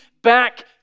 Back